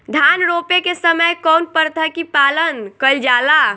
धान रोपे के समय कउन प्रथा की पालन कइल जाला?